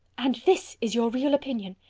and this is your real opinion!